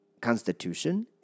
constitution